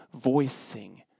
voicing